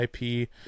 IP